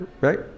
right